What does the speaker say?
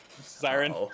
Siren